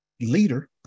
leader